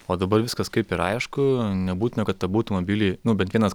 o dabar viskas kaip ir aišku nebūtina kad abu automobiliai nu bent vienas